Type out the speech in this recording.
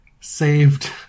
saved